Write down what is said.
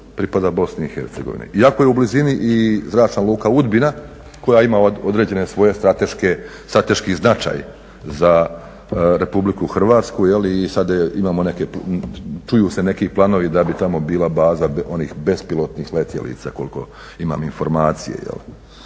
pripada Bosni i Hercegovini iako je u blizini i zračna luka Udbina koja ima određeni svoj strateški značaj za Republiku Hrvatsku. I sada imamo neke, čuju se neki planovi da bi tamo bila baza onih bespilotnih letjelica koliko imam informacije. Tako